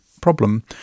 problem